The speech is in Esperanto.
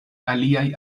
aliaj